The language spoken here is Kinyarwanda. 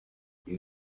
iyi